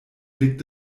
blick